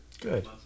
Good